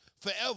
forever